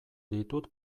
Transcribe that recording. ditut